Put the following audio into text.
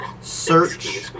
search